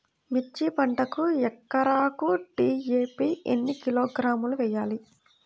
మిర్చి పంటకు ఎకరాకు డీ.ఏ.పీ ఎన్ని కిలోగ్రాములు వేయాలి?